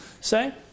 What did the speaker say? Say